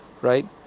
right